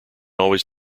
always